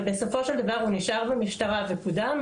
ובסופו של דבר הוא נשאר במשטרה וקודם,